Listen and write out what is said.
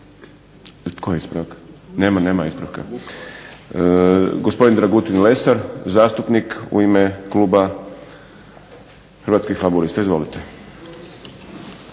Koji ispravak? Nema, nema ispravka. Gospodin Dragutin Lesar, zastupnik u ime kluba Hrvatskih laburista. Izvolite.